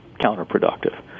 counterproductive